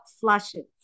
flushes